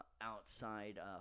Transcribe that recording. outside